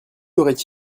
aurait